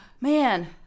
man